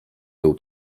był